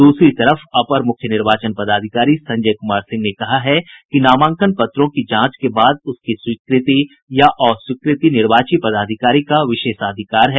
द्रसरी तरफ अपर मुख्य निर्वाचन पदाधिकारी संजय कुमार सिंह ने कहा है कि नामांकन पत्रों की जांच के बाद उसकी स्वीकृति या अस्वीकृति निर्वाची पदाधिकारी का विशेषाधिकार है